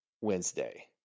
Wednesday